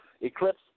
Eclipse